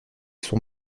son